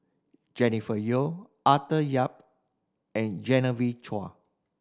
Jennifer Yeo Arthur Yap and Genevieve Chua